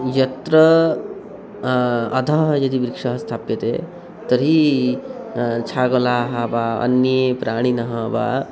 यत्र अधः यदि वृक्षः स्थाप्यते तर्हि छागोलाः वा अन्ये प्राणिनः वा